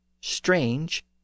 strange